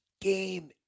game